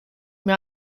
mir